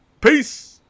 Peace